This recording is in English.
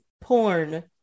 porn